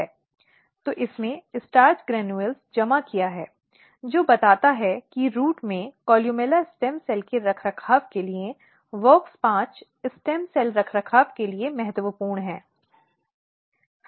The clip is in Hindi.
तो इसने स्टार्च ग्रैन्यूल जमा किया है जो बताता है कि रूट में कोलुमेला स्टेम सेल के रखरखाव के लिए WOX5 स्टेम सेल रखरखाव के लिए महत्वपूर्ण है